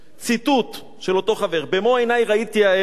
ציטוט של אותו חבר: במו-עיני ראיתי הערב,